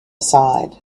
aside